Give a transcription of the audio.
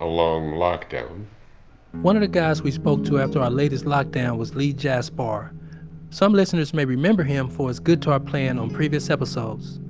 a long lockdown one of the guys we spoke to after our latest lockdown was lee jaspar some listeners may remember him for his guitar playing on previous episodes